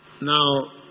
Now